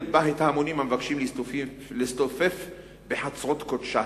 בה את ההמונים המבקשים להסתופף בחצרות קודשה.